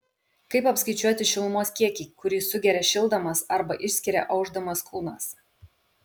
kaip apskaičiuoti šilumos kiekį kurį sugeria šildamas arba išskiria aušdamas kūnas